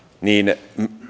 niin